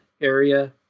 area